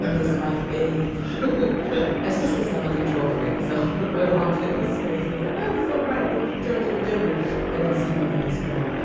is my fave it's just because i'm a control freak. so if i walk into a space, it's like, oh, it's so bright, let me turn to the dimmer, and i don't see one, then i scream.